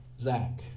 Zach